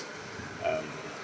um